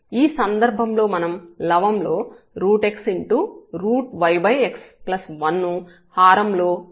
ఈ సందర్భంలో మనం లవం లో x yx1 ను మరియు హారం లో x yx 1 ను పొందుతాము